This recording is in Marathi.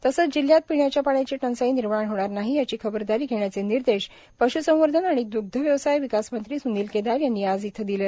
तसेच जिल्ह्यात पिण्याच्या पाण्याची टंचाई निर्माण होणार नाही याची खबरदारी घेण्याचे निर्देश पश्संवर्धन व द्ग्ध व्यवसाय विकास मंत्री स्निल केदार यांनी आज येथे दिले